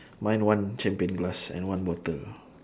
mine one champagne glass and one bottle